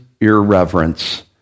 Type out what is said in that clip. irreverence